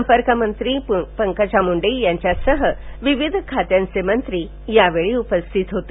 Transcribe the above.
संपर्क मंत्री पंकजा मुंडे यांच्यासह विविध खात्यांचे मंत्री यावेळी उपस्थित होते